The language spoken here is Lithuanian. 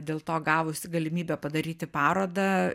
dėl to gavusi galimybę padaryti parodą